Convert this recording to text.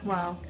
Wow